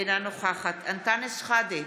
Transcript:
אינה נוכחת אנטאנס שחאדה,